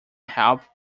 help